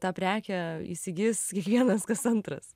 tą prekę įsigys kiekvienas kas antras